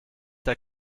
der